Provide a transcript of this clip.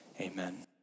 amen